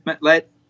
let